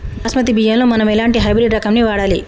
బాస్మతి బియ్యంలో మనం ఎలాంటి హైబ్రిడ్ రకం ని వాడాలి?